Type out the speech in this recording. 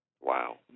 Wow